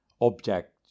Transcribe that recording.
object